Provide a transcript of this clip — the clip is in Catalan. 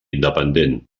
independent